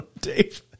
Dave